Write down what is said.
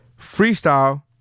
freestyle